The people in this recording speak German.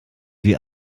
wie